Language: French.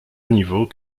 niveau